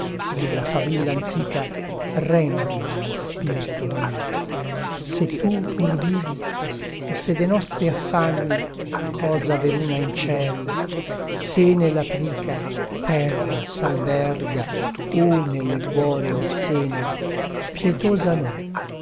e la favilla antica rendi allo spirto mio se tu pur vivi e se de nostri affanni cosa veruna in ciel se nell'aprica terra s'alberga o nell'equoreo seno pietosa no